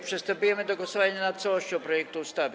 Przystępujemy do głosowania nad całością projektu ustawy.